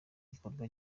gukorwa